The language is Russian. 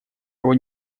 его